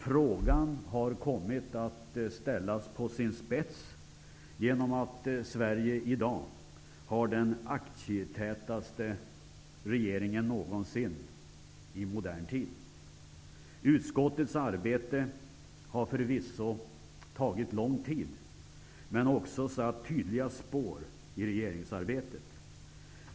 Frågan har kommit att ställas på sin spets genom att Sverige i dag har den aktietätaste regeringen någonsin i modern tid. Utskottets arbete har förvisso tagit lång tid, men också satt tydliga spår i regeringsarbetet.